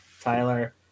Tyler